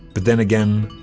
but then again,